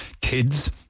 kids